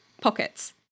pockets